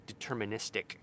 deterministic